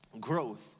Growth